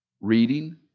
reading